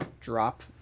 drop